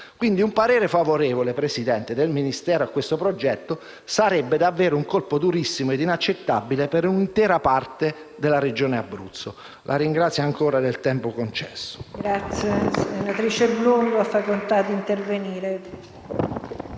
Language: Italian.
Quindi un parere favorevole, signora Presidente, del Ministero a questo progetto sarebbe davvero un colpo durissimo e inaccettabile per un'intera parte della Regione Abruzzo. La ringrazio ancora per il tempo che